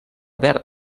verb